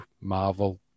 Marvel